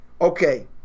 Okay